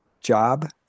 job